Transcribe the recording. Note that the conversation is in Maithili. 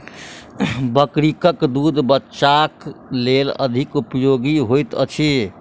बकरीक दूध बच्चाक लेल अधिक उपयोगी होइत अछि